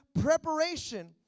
preparation